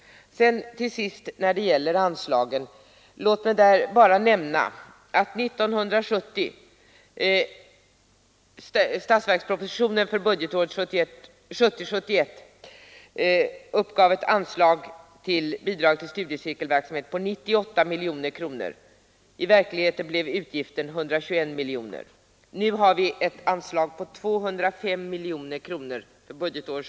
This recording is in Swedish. Låt mig till sist bara nämna att statsverkspropositionen för budgetåret 1970 74.